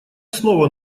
снова